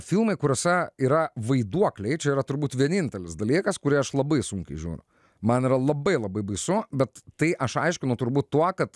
filmai kuriuose yra vaiduokliai čia yra turbūt vienintelis dalykas kurį aš labai sunkiai žiūriu man yra labai labai baisu bet tai aš aiškinu turbūt tuo kad